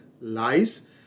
lies